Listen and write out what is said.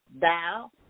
thou